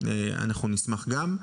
אנחנו נשמח גם.